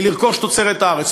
מלרכוש תוצרת הארץ,